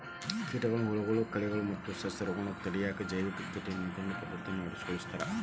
ಕೇಟಗಳು, ಹುಳಗಳು, ಕಳೆಗಳು ಮತ್ತ ಸಸ್ಯರೋಗಗಳನ್ನ ತಡೆಗಟ್ಟಾಕ ಜೈವಿಕ ಕೇಟ ನಿಯಂತ್ರಣ ಪದ್ದತಿಯನ್ನ ಅಳವಡಿಸ್ಕೊತಾರ